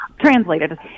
translated